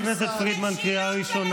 חברת הכנסת פרידמן, קריאה ראשונה.